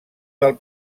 del